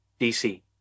DC